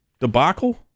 debacle